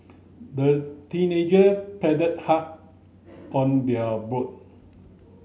the teenager paddled hard on their boat